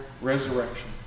resurrection